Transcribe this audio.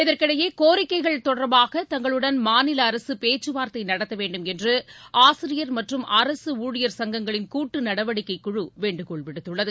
இதற்கிடையே கோரிக்கைகள் தொடர்பாக தங்களுடன் மாநில அரசு பேச்சுவார்த்தை நடத்த வேண்டும் என்று ஆசிரியர் மற்றும் அரசு ஊழியர் சங்கங்களின் கூட்டு நடவடிக்கைக் குழு வேண்டுகோள் விடுத்துள்ளது